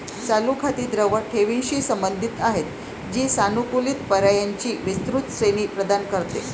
चालू खाती द्रव ठेवींशी संबंधित आहेत, जी सानुकूलित पर्यायांची विस्तृत श्रेणी प्रदान करते